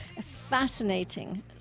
fascinating